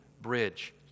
bridge